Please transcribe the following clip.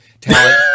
talent